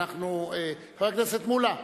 חבר הכנסת מולה,